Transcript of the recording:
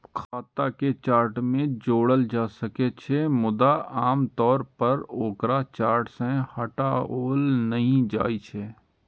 खाता कें चार्ट मे जोड़ल जा सकै छै, मुदा आम तौर पर ओकरा चार्ट सं हटाओल नहि जाइ छै